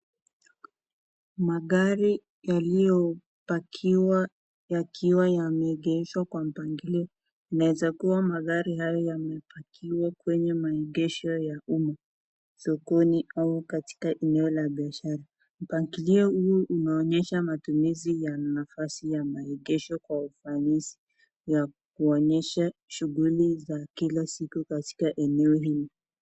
Magari yaliyo pakiwa yakiwa yameegeshwa kwa mpangilio inaeza kuwa magari hayo yamepakiwa kwenye maegesho ya uma sokoni au katika eneo la biashara, Mpangilio huu unaonyesha matumizi ya nafasi ya maegesho kwa ufanisi ya kuonyesha shuguli za kila siku katika eneo hili.